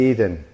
Eden